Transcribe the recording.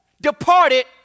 departed